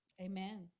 Amen